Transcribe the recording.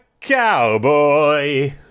Cowboy